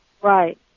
Right